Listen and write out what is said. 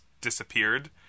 disappeared